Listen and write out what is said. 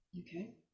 Okay